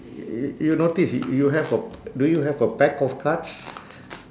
y~ y~ you notice y~ you have a do you have a pack of cards